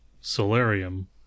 solarium